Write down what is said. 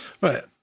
right